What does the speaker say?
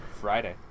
Friday